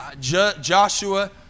Joshua